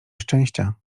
szczęścia